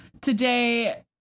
today